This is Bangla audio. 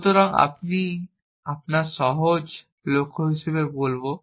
সুতরাং এটিকেই আমরা সহজ লক্ষ্য হিসাবে বলব